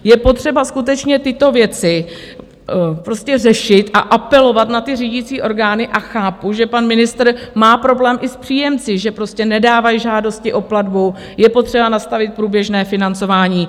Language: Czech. Je potřeba skutečně tyto věci řešit, apelovat na ty řídící orgány a chápu, že pan ministr má problém i s příjemci, že nedávají žádosti o platbu je potřeba nastavit průběžné financování.